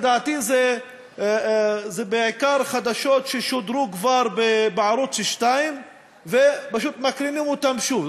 לדעתי זה בעיקר חדשות ששודרו כבר בערוץ 2 ופשוט מקרינים אותן שוב.